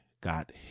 got